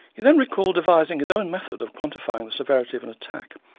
he then recalled devising his own method of quantifying the severity of an attack,